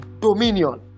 dominion